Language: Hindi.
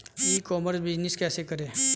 ई कॉमर्स बिजनेस कैसे करें?